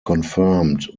confirmed